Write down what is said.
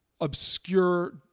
obscure